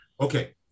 okay